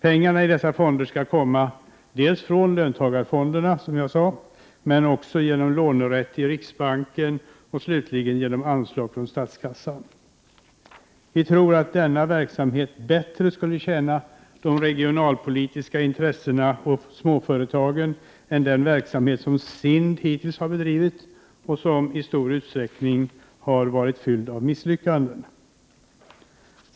Pengarna i dessa fonder skall komma dels från löntagarfonderna, som jag sade, dels genom lånerätt i riksbanken, dels slutligen genom anslag från statskassan. Vi tror att denna verksamhet skulle bättre tjäna de regionalpolitiska intressena och småföretagen än den verksamhet som SIND hittills har bedrivit och som varit fylld av misslyckanden.